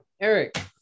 Eric